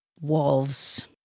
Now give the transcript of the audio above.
wolves